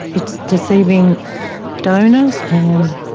it's deceiving donors and